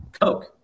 Coke